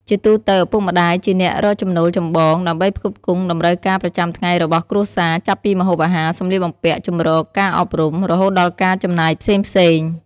ជាទូទៅ ឪពុកម្ដាយជាអ្នករកចំណូលចម្បង ដើម្បីផ្គត់ផ្គង់តម្រូវការប្រចាំថ្ងៃរបស់គ្រួសារ ចាប់ពីម្ហូបអាហារ សម្លៀកបំពាក់ ជម្រក ការអប់រំ រហូតដល់ការចំណាយផ្សេងៗ។